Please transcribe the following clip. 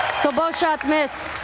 so both shots miss.